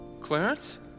Clarence